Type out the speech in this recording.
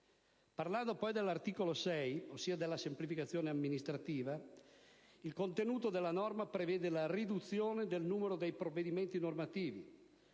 Parlando dell'articolo 6, ossia della semplificazione amministrativa, il contenuto della norma prevede la riduzione del numero dei provvedimenti normativi,